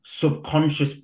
subconscious